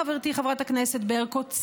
חברתי חברת הכנסת ברקו,